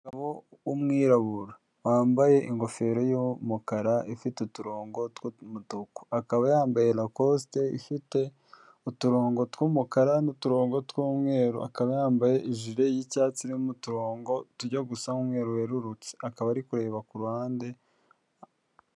Umugabo w'umwirabura wambaye ingofero yumukara ifite uturongo akaba yambaye lakosite ifite uturongo twumukara n'uturongo tw'umweru akaba yambaye ijiri y'icyatsi irimo uturongo tujya gusa n'umweru wererutse akaba ari kureba ku ruhande.